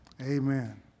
Amen